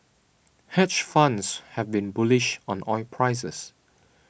hedge funds have been bullish on oil prices